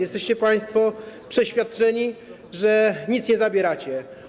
Jesteście państwo przeświadczeni, że nic nie zabieracie.